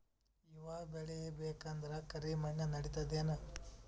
ಹುವ ಬೇಳಿ ಬೇಕಂದ್ರ ಕರಿಮಣ್ ನಡಿತದೇನು?